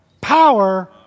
Power